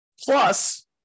Plus